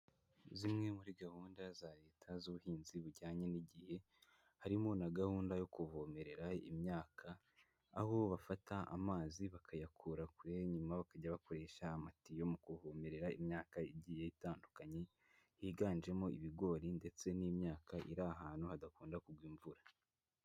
Zimwe muri gahunda za leta z'ubuhinzi bujyanye n'igihe, harimo na gahunda yo kuvomerera imyaka aho bafata amazi bakayakura kure, nyuma bakajya bakoresha amatiyo mu guvomerera imyaka igiye itandukanye, higanjemo ibigori ndetse n'imyaka iri ahantu hadakunda kugwa imvura.